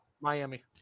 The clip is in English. Miami